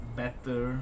better